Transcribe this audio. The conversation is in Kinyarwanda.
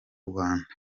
rwanda